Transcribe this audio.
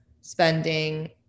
spending